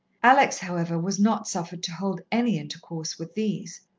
alex, however, was not suffered to hold any intercourse with these.